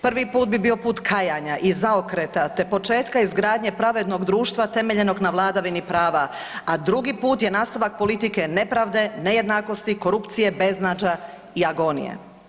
Prvi put bi bio put kajanja i zaokreta te početka izgradnje pravednog društva temeljenog na vladavini prava, a drugi put je nastavak politike nepravde, nejednakosti, korupcije, beznađa i agonije.